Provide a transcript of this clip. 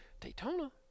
Daytona